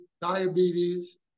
diabetes